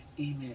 Amen